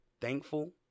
thankful